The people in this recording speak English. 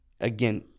again